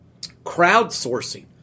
crowdsourcing